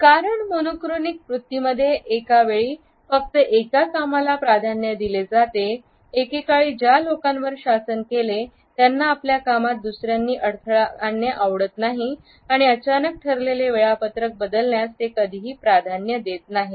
कारण मोनोक्रॉनिक वृत्तीमध्ये एका वेळी फक्त एका कामाला प्राधान्य दिले जाते एकेकाळी ज्या लोकांवर शासन केले त्यांना आपल्या कामात दुसऱ्यांनी अडथळा आणणे आवडत नाही आणि अचानक ठरलेले वेळापत्रक बदलण्यास ते कधीही ही प्राधान्य देत नाहीत